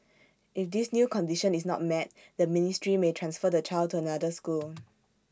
if this new condition is not met the ministry may transfer the child to another school